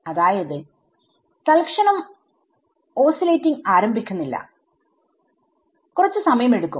അതായത് തലക്ഷണം ഓസ്സിലേറ്റിങ് ആരംഭിക്കുന്നില്ല കുറച്ചു സമയം എടുക്കും